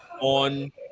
on